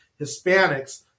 Hispanics